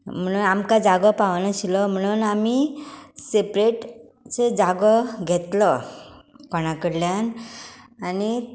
म्हळ्यार आमकां जागो पावनाशिल्लो म्हणून आमी सेपरेट सो जागो घेतलो कोणाकडल्यान आनी